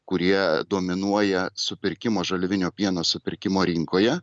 kurie dominuoja supirkimo žaliavinio pieno supirkimo rinkoje